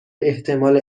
احتمال